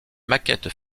maquette